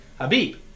habib